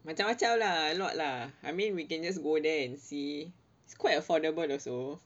macam-macam lah a lot lah I mean we can just go there and see it's quite affordable also